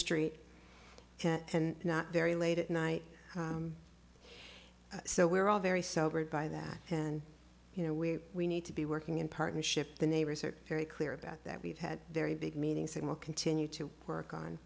street and not very late at night so we're all very celebrate by that and you know we we need to be working in partnership the neighbors are very clear about that we've had very big meetings they will continue to work on